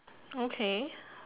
okay